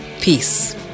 Peace